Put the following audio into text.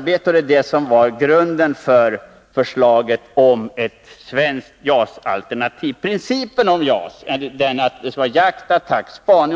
B3LA-arbetet, och detta var grunden för förslaget om ett svenskt JAS-alternativ. Principen för JAS är att det skall vara jakt, attack och spaning.